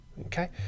okay